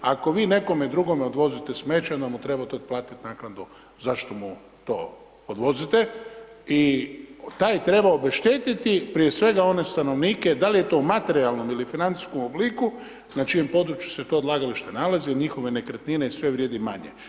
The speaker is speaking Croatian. Ako vi nekome drugome odvozite smeće, onda mu trebate otplatiti naknadu zašto mu to odvozite, i taj je trebao obeštetiti, prije svega one stanovnike, dal' je to u materijalnom, ili financijskom obliku, na čijem području se to odlagalište nalazi, jer njihove nekretnine, sve vrijedi manje.